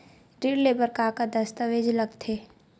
ऋण ले बर का का दस्तावेज लगथे?